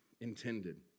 intended